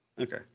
Okay